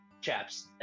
chaps